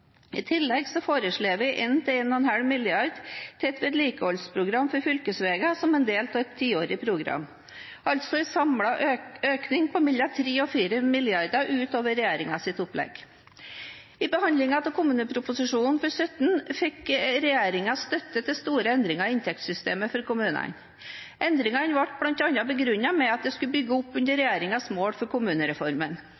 I tillegg foreslår vi 1 mrd. til 1,5 mrd. kr til et vedlikeholdsprogram for fylkesveiene som en del av et tiårig program – altså en samlet økning på mellom 3 mrd. og 4 mrd. kr ut over regjeringens opplegg. I behandlingen av kommuneproposisjonen for 2017 fikk regjeringen støtte til store endringer i inntektssystemet for kommunene. Endringene ble bl.a. begrunnet med at de skulle bygge opp under